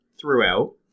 throughout